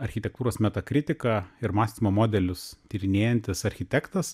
architektūros metakritiką ir mąstymo modelius tyrinėjantis architektas